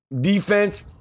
Defense